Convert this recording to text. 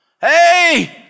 hey